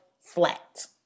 flat